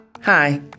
Hi